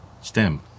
stem